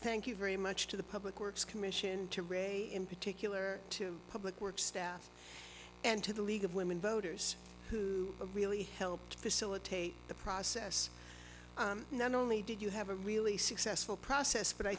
thank you very much to the public works commission to read in particular to public works staff and to the league of women voters who really helped facilitate the process only did you have a really successful process but i